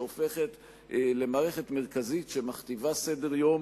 שהופכת למערכת מרכזית שמכתיבה סדר-יום